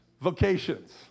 vocations